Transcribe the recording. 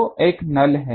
तो एक नल है